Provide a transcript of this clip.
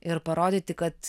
ir parodyti kad